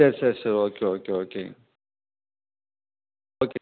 சரி சரி sir okay okay ஓகேங்க ஓகே